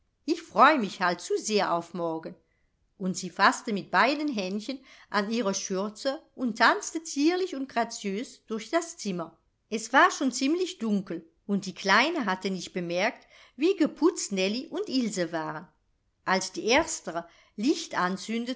ich freu mich halt zu sehr auf morgen und sie faßte mit beiden händchen an ihre schürze und tanzte zierlich und graziös durch das zimmer es war schon ziemlich dunkel und die kleine hatte nicht bemerkt wie geputzt nellie und ilse waren als die erstere